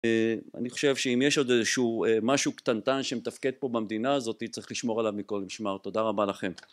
אני חושב שאם יש עוד איזשהו משהו קטנטן שמתפקד פה במדינה הזאתי צריך לשמור עליו מכל משמר. תודה רבה לכם.